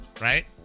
Right